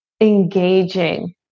Engaging